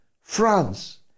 France